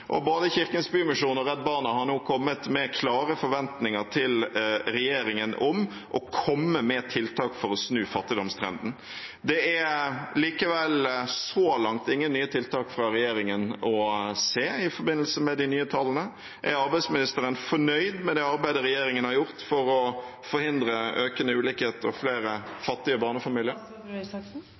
og både Kirkens Bymisjon og Redd Barna har nå kommet med klare forventninger til regjeringen om å komme med tiltak for å snu fattigdomstrenden. Det er likevel så langt ingen nye tiltak fra regjeringen å se i forbindelse med de nye tallene. Er arbeidsministeren fornøyd med det arbeidet regjeringen har gjort for å forhindre økende ulikhet og flere fattige barnefamilier?